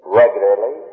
regularly